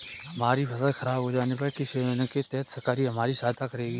हमारी फसल खराब हो जाने पर किस योजना के तहत सरकार हमारी सहायता करेगी?